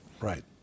Right